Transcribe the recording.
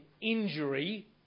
injury